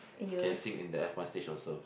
can sing in the F one stage also